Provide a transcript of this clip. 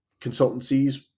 consultancies